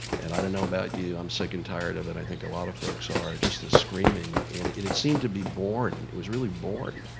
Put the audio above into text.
and i don't know about you, i'm sick and tired of it. i think a lot of folks are, just the screaming. and it it seemed to be born. it was really born.